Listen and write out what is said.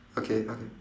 okay okay